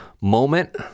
moment